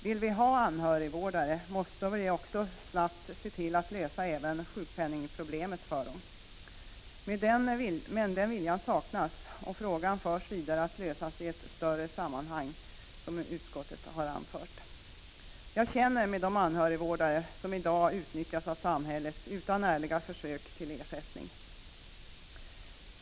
Vill vi ha anhörigvårdare måste vi också snabbt se till att lösa även sjukpenningproblemet för dem. Men den viljan saknas, och frågan förs vidare att lösas i ett större sammanhang, som utskottet anfört. Jag känner med de anhörigvårdare som i dag utnyttjas av samhället, utan att det görs ärliga försök att lämna ersättning.